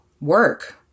work